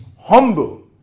humble